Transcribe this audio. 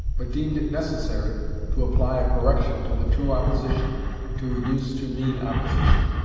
but deemed it necessary to apply a correction to the true opposition to reduce to mean opposition,